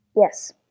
Yes